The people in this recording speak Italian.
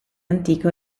antico